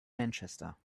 manchester